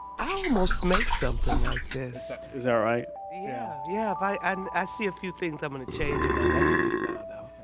i almost make something like this. that is ah right? yeah. yeah. i and see a few things i'm going to change in my recipe now though.